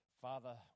Father